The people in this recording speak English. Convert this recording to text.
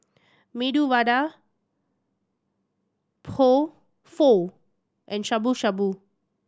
Medu Vada Pho and Shabu Shabu